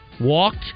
walked